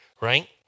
right